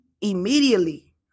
Immediately